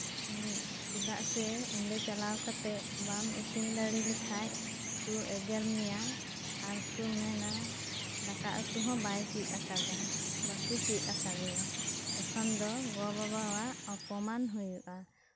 ᱪᱮᱫᱟᱜ ᱥᱮ ᱚᱸᱰᱮ ᱪᱟᱞᱟᱣ ᱠᱟᱛᱮᱫ ᱵᱟᱢ ᱤᱥᱤᱱ ᱫᱟᱲᱮᱹ ᱞᱮᱠᱷᱟᱱ ᱠᱚ ᱮᱜᱮᱨ ᱢᱮᱭᱟ ᱟᱨ ᱠᱚ ᱢᱮᱱᱟ ᱫᱟᱠᱟ ᱩᱛᱩ ᱦᱚᱸ ᱵᱟᱭ ᱪᱮᱫ ᱟᱠᱟᱫᱟ ᱵᱟᱠᱚ ᱪᱮᱫ ᱟᱠᱟᱫᱮᱭᱟ ᱛᱚᱠᱷᱚᱱ ᱫᱚ ᱜᱚ ᱵᱟᱵᱟ ᱟᱜ ᱚᱯᱚᱢᱟᱱ ᱦᱳᱭᱳᱜᱼᱟ